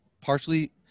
partially